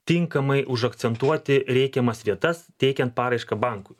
tinkamai užakcentuoti reikiamas vietas teikiant paraišką bankui